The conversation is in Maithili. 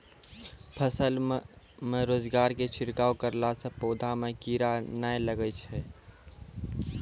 फसल मे रोगऽर के छिड़काव करला से पौधा मे कीड़ा नैय लागै छै?